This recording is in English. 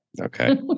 Okay